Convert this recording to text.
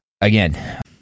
again